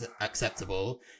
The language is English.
acceptable